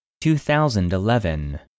2011